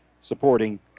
supporting